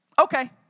Okay